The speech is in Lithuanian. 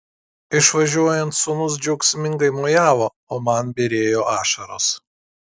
išvažiuojant sūnus džiaugsmingai mojavo o man byrėjo ašaros